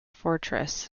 fortress